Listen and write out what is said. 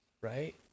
right